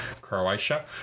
Croatia